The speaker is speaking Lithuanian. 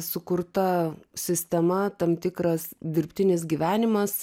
sukurta sistema tam tikras dirbtinis gyvenimas